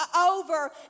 over